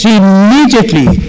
immediately